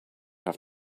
have